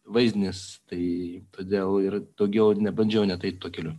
vaizdinis tai todėl ir daugiau nebandžiau net eit tuo keliu